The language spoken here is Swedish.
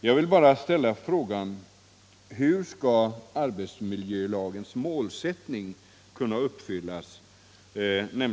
Jag vill bara ställa frågan: Hur skall då arbetsmiljölagens målsättning kunna uppfyllas?